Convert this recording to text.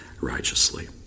righteously